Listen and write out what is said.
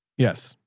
yes.